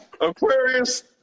Aquarius